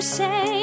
say